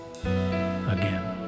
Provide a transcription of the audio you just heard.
again